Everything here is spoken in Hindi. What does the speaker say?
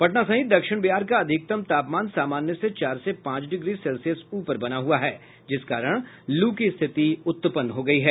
पटना सहित दक्षिण बिहार का अधिकतम तापमान सामान्य से चार से पांच डिग्री सेल्सियस ऊपर बना हुआ है जिस कारण लू की स्थिति उत्पन्न हो गयी है